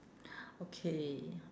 okay